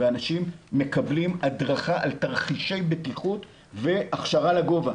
ואנשים מקבלים הדרכה על תרחישי בטיחות והכשרה לגובה.